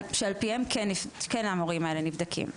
שעל פיו המורים האלה כן נבדקים.